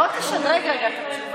בוא תשדרג רגע את התשובה.